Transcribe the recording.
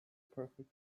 perfect